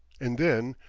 and then,